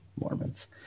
Mormons